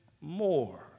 more